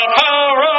power